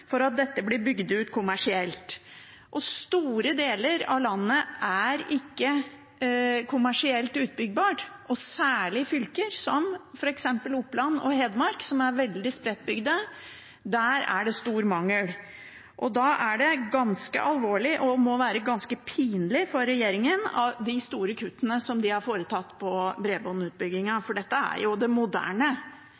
for at dette blir bygd ut kommersielt. Store deler av landet er ikke kommersielt utbyggbart. Særlig i fylker som f.eks. Oppland og Hedmark, som er veldig spredt bebygd, er det stor mangel. Da er det ganske alvorlig, og det må være ganske pinlig for regjeringen, med de store kuttene de har foretatt på